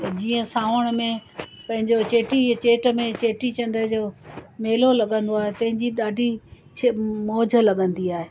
जीअं सावण में पंहिंजो चेटीअ चेट में चेटीचंड जो मेलो लॻंदो आहे तंहिंजी ॾाढी अछी मौज लॻंदी आहे